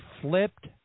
flipped